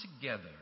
together